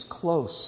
close